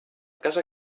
casa